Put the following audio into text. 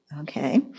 okay